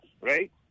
right